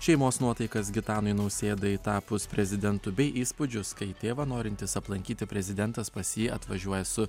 šeimos nuotaikas gitanui nausėdai tapus prezidentu bei įspūdžius kai tėvą norintis aplankyti prezidentas pas jį atvažiuoja su